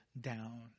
down